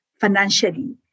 financially